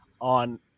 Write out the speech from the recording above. on